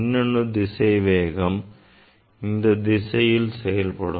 மின்னணு திசைவேகம் இந்தத் திசையில் செயல்படும்